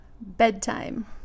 Bedtime